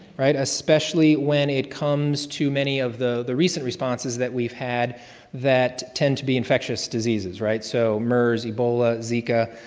right, especially when it comes to many of the the recent responses that we've had that tend to be infectious diseases. so mers, ebola, zika,